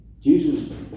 Jesus